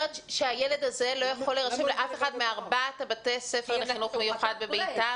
שהילד הזה לא יכול להירשם לאף אחד מארבעת בתי הספר לחינוך מיוחד בביתר?